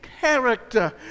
character